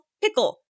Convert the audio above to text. Pickle